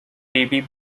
baby